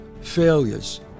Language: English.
failures